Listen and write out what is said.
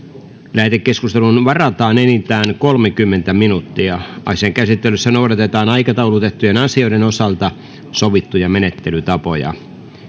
lähetekeskusteluun varataan enintään kolmekymmentä minuuttia asian käsittelyssä noudatetaan aikataulutettujen asioiden osalta sovittuja menettelytapoja